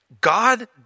God